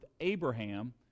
Abraham